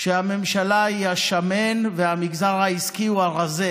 שהממשלה היא השמן והמגזר העסקי הוא הרזה,